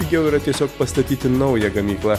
pigiau yra tiesiog pastatyti naują gamyklą